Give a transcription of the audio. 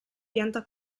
pianta